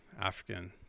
african